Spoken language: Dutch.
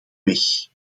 weg